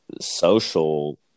social